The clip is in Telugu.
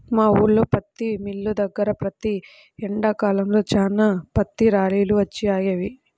మా ఊల్లో పత్తి మిల్లు దగ్గర ప్రతి ఎండాకాలంలో చాలా పత్తి లారీలు వచ్చి ఆగేవి